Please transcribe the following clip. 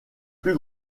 plus